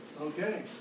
Okay